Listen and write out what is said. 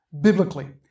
biblically